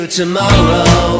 tomorrow